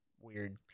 weird